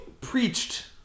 preached